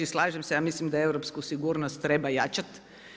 Slažem se, ja mislim da europsku sigurnost treba jačati.